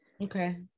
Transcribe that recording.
Okay